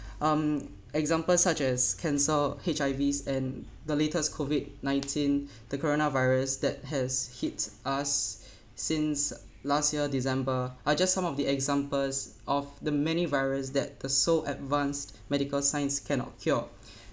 um examples such as cancer H_I_Vs and the latest COVID nineteen the coronavirus that has hit us since last year december are just some of the examples of the many virus that the so advanced medical science cannot cure